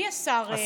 מי השר?